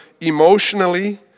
emotionally